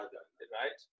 right